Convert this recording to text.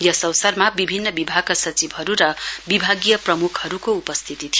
यस अवसरमा बिभिन्न बिभागका सचिवहरू र विभागीय प्रम्खहरूको उपस्थिती थियो